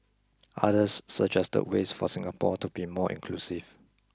others suggested ways for Singapore to be more inclusive